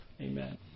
Amen